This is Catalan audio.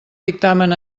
dictamen